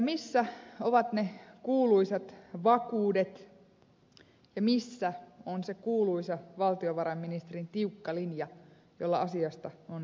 missä ovat ne kuuluisat vakuudet ja missä on se kuuluisa valtiovarainministerin tiukka linja jolla asiasta on neuvoteltu